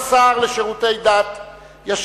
(חלוקת הטיפול בחומר חקירה בין הפרקליטות לתביעה המשטרתית),